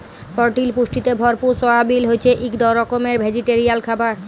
পরটিল পুষ্টিতে ভরপুর সয়াবিল হছে ইক রকমের ভেজিটেরিয়াল খাবার